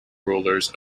rulers